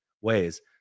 ways